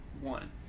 one